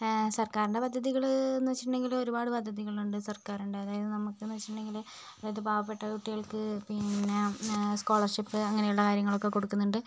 സർക്കാരിൻ്റെ പദ്ധതികളെന്ന് വെച്ചിട്ടുണ്ടെങ്കിൽ ഒരുപാട് പദ്ധതികളുണ്ട് സർക്കാരിൻ്റെ അതായത് നമുക്കെന്ന് വെച്ചിട്ടുണ്ടെങ്കിൽ അതായത് പാവപ്പെട്ട കുട്ടികൾക്ക് പിന്നെ സ്കോളർഷിപ്പ് അങ്ങനെയുള്ള കാര്യങ്ങളൊക്കെ കൊടുക്കുന്നുണ്ട്